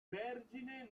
vergine